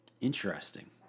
interesting